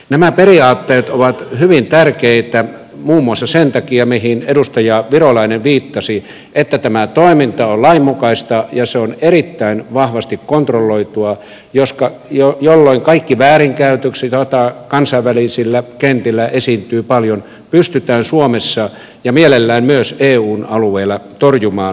nämä periaatteet ovat hyvin tärkeitä muun muassa sen takia mihin edustaja virolainen viittasi että tämä toiminta on lainmukaista ja se on erittäin vahvasti kontrolloitua jolloin kaikki väärinkäytökset joita kansainvälisillä kentillä esiintyy paljon pystytään suomessa ja mielellään myös eun alueella torjumaan täysin